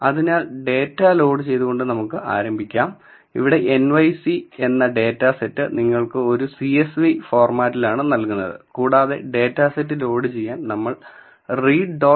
അതിനാൽ ഡാറ്റ ലോഡുചെയ്തുകൊണ്ട് നമുക്ക് ആരംഭിക്കാം ഇവിടെ "nyc" എന്ന ഡാറ്റാ സെറ്റ് നിങ്ങൾക്ക് ഒരു "csv" ഫോർമാറ്റിലാണ് നൽകുന്നത് കൂടാതെ ഡാറ്റാസെറ്റ് ലോഡുചെയ്യാൻ നമ്മൾ read